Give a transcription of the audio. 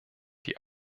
die